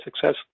success